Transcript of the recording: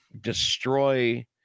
destroy